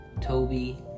Toby